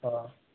ஆ